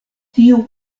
tiu